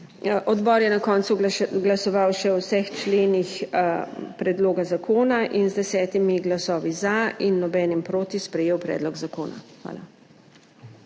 Odbor je na koncu glasoval še o vseh členih predloga zakona in z desetimi glasovi za in nobenim proti sprejel predlog zakona. Hvala.